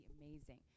amazing